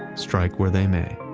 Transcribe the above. strike where they may.